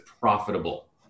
profitable